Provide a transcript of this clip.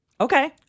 Okay